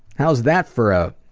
how's that for ah